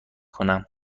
کنم